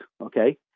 okay